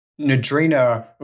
Nadrina